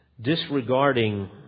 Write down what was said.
disregarding